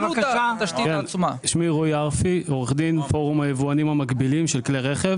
אני מפורום היבואנים המקבילים של כלי רכב.